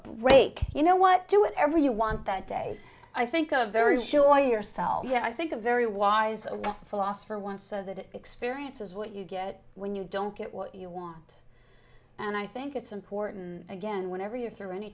break you know what do it every you want that day i think of very sure yourself yeah i think a very wise philosopher once said that experience is what you get when you don't get what you want and i think it's important again whenever you're through any